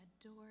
adore